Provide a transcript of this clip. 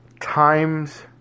times